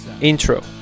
Intro